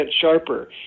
sharper